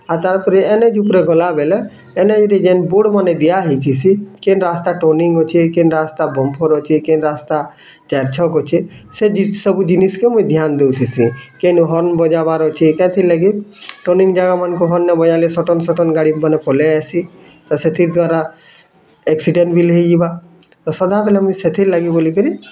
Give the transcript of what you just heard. ଆଉ ତାପରେ N H ଉପରେ ଗଲା ବେଲେ ଏନ୍ ଏଚ୍ ରେ ଯେନ୍ ବୋର୍ଡ଼ମାନେ ଦିଆ ହେଇଥିସି କେନ୍ ରାସ୍ତା ଟର୍ନିଙ୍ଗ୍ ଅଛେ କେନ୍ ରାସ୍ତା ବମ୍ଫର୍ ଅଛେ କେନ୍ ରାସ୍ତା ଚାରି ଛକ ଅଛେ ସେ ସବୁ ଜିନିଷ୍ କେ ମୁଇଁ ଧ୍ୟାନ୍ ଦଉଥିସି କେନ୍ ହର୍ନ ବଜାବାର୍ ଅଛି କେଥିର୍ ଲାଗି ଟର୍ନିଙ୍ଗ୍ ଜାଗା ମାନଙ୍କୁ ହର୍ନ ନାଇଁ ବଜାଲେ ସଟନ୍ ସଟନ୍ ଗାଡ଼ିମାନେ ପଲେଇଆସିଛି ତ ସେଥିର୍ ଦ୍ଵାରା ଏକ୍ସିଡ଼େଣ୍ଟ୍ ବିଲ୍ ହୋଇଯିବା ତ ସଦାବେଲେ ମୁଇଁ ସେଥିର୍ ଲାଗି ବୋଲି କିରି